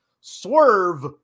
Swerve